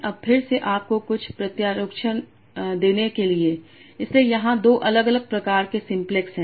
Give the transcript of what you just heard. अब फिर से आपको कुछ प्रत्योक्षकरण देने के लिए इसलिए यहाँ 2 अलग अलग प्रकार के सिम्प्लेक्स हैं